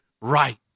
right